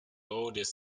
oldest